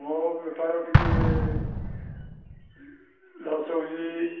ମୋ ବେପାର ଟିକେ ଲସ୍ ହେଉଛି